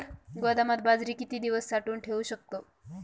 गोदामात बाजरी किती दिवस साठवून ठेवू शकतो?